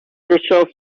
yourself